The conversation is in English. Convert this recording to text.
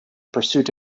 pursuit